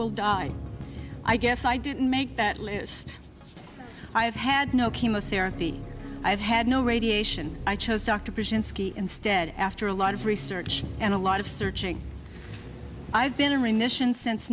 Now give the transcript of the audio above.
will die i guess i didn't make that list i have had no chemotherapy i've had no radiation i chose dr burzynski instead after a lot of research and a lot of searching i've in remission since